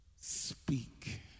speak